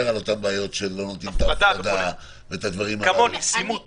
על כך שלא עושים הפרדה ודברים כאלה.